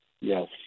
Yes